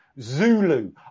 Zulu